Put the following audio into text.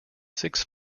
six